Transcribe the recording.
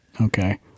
okay